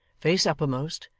face uppermost,